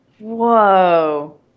whoa